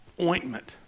ointment